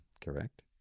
Correct